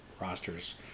rosters